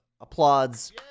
applauds